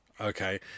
okay